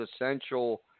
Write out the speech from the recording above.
essential